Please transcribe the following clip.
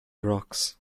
rocks